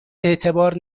اعتبار